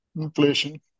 Inflation